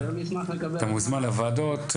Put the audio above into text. אתה מוזמן לוועדות,